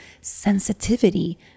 sensitivity